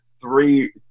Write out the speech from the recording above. three